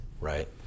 Right